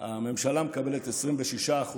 הממשלה מקבלת 26%,